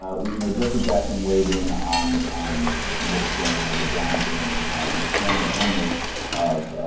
ah we you know jesse jackson weighed in on on what was going on with the brown james and how the former owner of